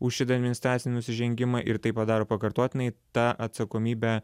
už šitą administracinį nusižengimą ir tai padaro pakartotinai ta atsakomybė